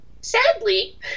Sadly